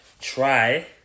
Try